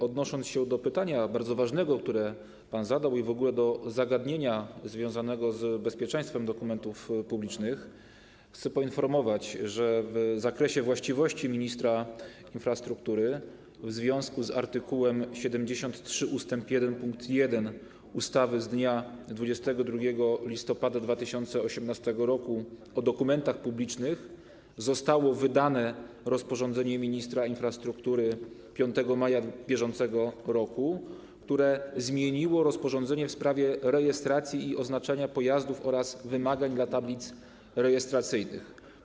Odnosząc się do pytania, bardzo ważnego, które pan zadał, i w ogóle do zagadnienia związanego z bezpieczeństwem dokumentów publicznych, chcę poinformować, że w zakresie właściwości ministra infrastruktury w związku z art. 73 ust. 1 pkt 1 ustawy z dnia 22 listopada 2018 r. o dokumentach publicznych zostało wydane rozporządzenie ministra infrastruktury z dnia 5 maja br., które zmieniło rozporządzenie w sprawie rejestracji i oznaczania pojazdów oraz wymagań dla tablic rejestracyjnych.